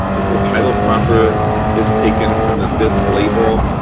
so if the title of proper is taken from the disc label,